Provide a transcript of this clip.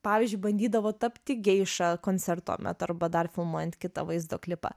pavyzdžiui bandydavo tapti geiša koncerto metu arba dar filmuojant kitą vaizdo klipą